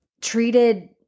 treated